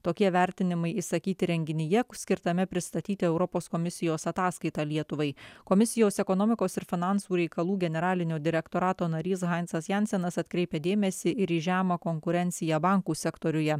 tokie vertinimai išsakyti renginyje skirtame pristatyti europos komisijos ataskaitą lietuvai komisijos ekonomikos ir finansų reikalų generalinio direktorato narys hansas jansenas atkreipė dėmesį ir į žemą konkurenciją bankų sektoriuje